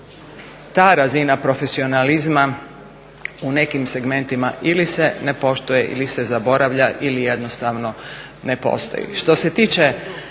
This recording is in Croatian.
ta razina profesionalizma u nekim segmentima ili se ne poštuje ili se zaboravlja ili jednostavno ne postoji. Što se tiče